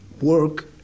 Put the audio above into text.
work